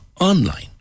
online